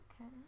Okay